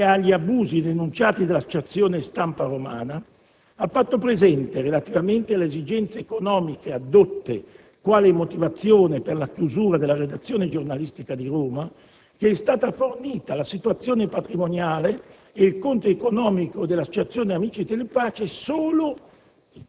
e agli abusi denunciati dall'Associazione Stampa Romana, ha fatto presente, relativamente alle esigenze economiche addotte quale motivazione per la chiusura della redazione giornalistica di Roma, che è stata fornita la situazione patrimoniale e il conto economico dell'Associazione Amici di Telepace solo